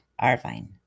Arvine